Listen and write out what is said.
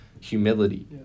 humility